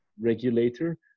regulator